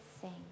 sing